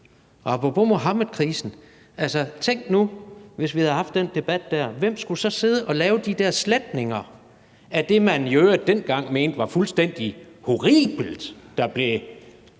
Apropos Muhammedkrisen, tænk nu, hvis vi havde haft den debat der. Hvem skulle så sidde og lave de her sletninger af det, man i øvrigt dengang mente var fuldstændig horribelt